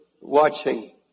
watching